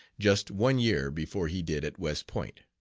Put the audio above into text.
just one year before he did at west point.